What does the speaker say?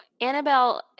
Annabelle